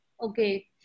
Okay